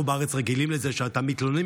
אנחנו בארץ רגילים לזה שאתה מתלונן,